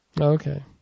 Okay